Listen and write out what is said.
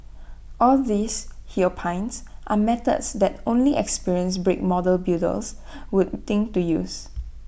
all these he opines are methods that only experienced brick model builders would think to use